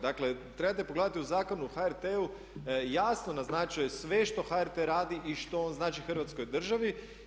Dakle, trebate pogledati u Zakonu o HRT-u jasno naznačuje sve što HRT radi i što on znači Hrvatskoj državi.